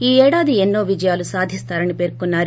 ఈ ఏడాది ఎన్నో విజయాలు సాధిస్తారని పేర్కొన్నారు